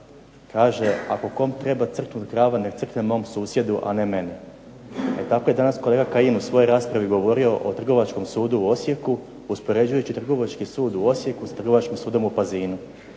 kaže "ako kom treba crknut krava nek crkne mom susjedu, a ne meni". E tako je danas kolega Kajin u svojoj raspravi govorio o Trgovačkom sudu u Osijeku, uspoređujući Trgovački sud u Osijeku s Trgovačkim sudom u Pazinu